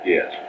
Yes